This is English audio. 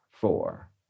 four